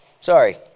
Sorry